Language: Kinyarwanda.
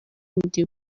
ndi